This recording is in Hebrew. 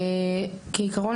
כעיקרון,